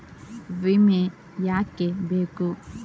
ವಿಮೆ ಯಾಕೆ ಬೇಕು?